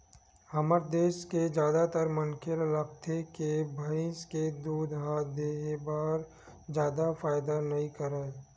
हमर देस के जादातर मनखे ल लागथे के भइस के दूद ह देहे बर जादा फायदा नइ करय